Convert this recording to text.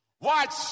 Watch